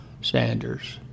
Sanders